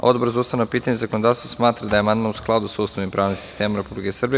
Odbor za ustavna pitanja i zakonodavstvo smatra da je amandman u skladu sa Ustavom i pravnim sistemom Republike Srbije.